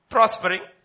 Prospering